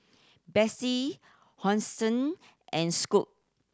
Betsy Hosen and Scoot